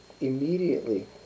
immediately